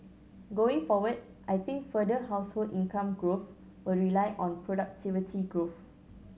going forward I think further household income growth will rely on productivity growth